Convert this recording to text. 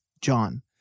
John